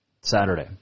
Saturday